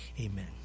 Amen